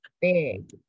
big